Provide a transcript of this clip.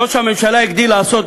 ראש הממשלה הגדיל לעשות,